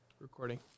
Recording